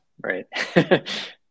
right